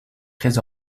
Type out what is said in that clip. très